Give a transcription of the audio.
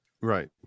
right